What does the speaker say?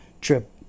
trip